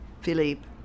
Philippe